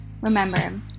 Remember